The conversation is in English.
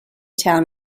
town